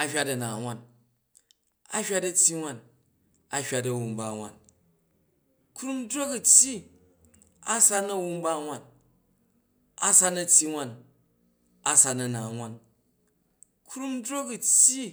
a hywat a̱na wan, a̱ hywat a̱tyyi wan, a hywat a̱ wumba wan krum drok u̱ tyyi a san a̱wamba wan a san a̱tyyi wan a san a̱na wan, kuwa drok u̱ tyyi.